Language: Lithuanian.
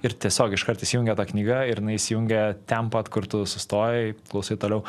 ir tiesiog iškart įsijungia ta knyga ir jinai įsijungia ten pat kur tu sustojai klausai toliau